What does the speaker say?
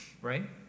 Right